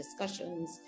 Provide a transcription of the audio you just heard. discussions